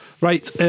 Right